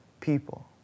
people